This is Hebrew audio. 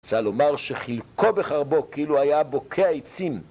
רוצה לומר שחילקו בחרבו כאילו היה בוקע עצים